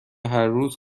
هرروز